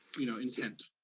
you know, intent.